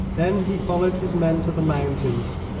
then he followed his men to the mountains,